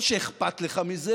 או שאכפת לך מזה